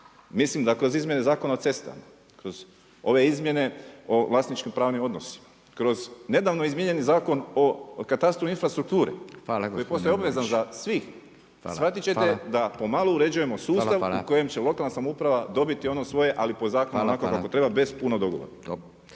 Mislim da kroz izmjene Zakona o cestama, kroz ove izmjene o vlasničko-pravnim odnosima, kroz nedavno izmijenjeni Zakon o katastru i infrastrukturi, koji je postao obvezan za svih, shvatiti ćete da pomalo uređujemo sustav u kojem će lokalna samouprava dobiti ono svoje ali po zakonu onako kako treba, bez puno dogovora.